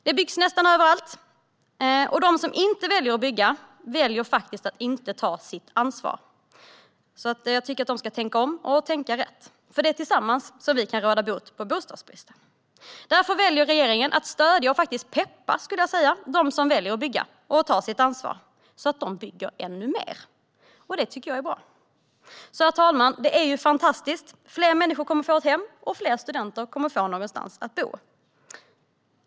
Det byggs nästan överallt. De som inte väljer att bygga väljer faktiskt att inte ta sitt ansvar. Jag tycker att de ska tänka om och tänka rätt. Det är nämligen tillsammans som vi kan råda bot på bostadsbristen. Därför väljer regeringen att stödja och faktiskt peppa, skulle jag säga, dem som väljer att bygga och som tar sitt ansvar, så att de bygger ännu mer. Det tycker jag är bra. Herr talman! Det är fantastiskt. Fler människor kommer att få ett hem, och fler studenter kommer att få någonstans att bo.